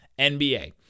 NBA